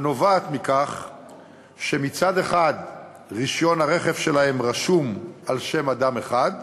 הנובעת מכך שמצד אחד רישיון הרכב שלהן רשום על שם אדם אחד,